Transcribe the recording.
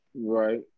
Right